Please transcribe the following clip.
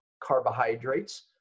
carbohydrates